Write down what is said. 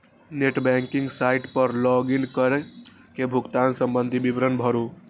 net banking site पर log in कैर के भुगतान संबंधी विवरण भरू